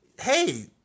hey –